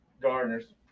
gardener's